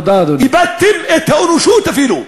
איבדתם את האנושיות אפילו.